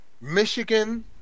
Michigan